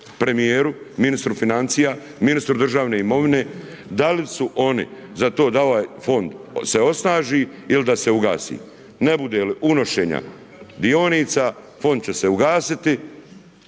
premijeru, ministru financija, ministru državne imovine da li su oni za to da ovaj fond se osnaži ili da se ugasi. Ne bude li unošenja dionica, fond će se ugasiti,